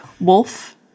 wolf